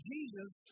Jesus